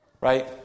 Right